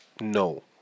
no